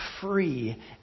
free